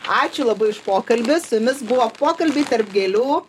ačiū labai už pokalbį su jumis buvo pokalbiai tarp gėlių